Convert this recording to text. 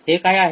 हे काय आहे